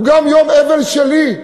הוא גם יום אבל שלי.